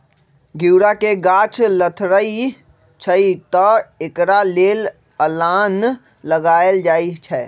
घिउरा के गाछ लथरइ छइ तऽ एकरा लेल अलांन लगायल जाई छै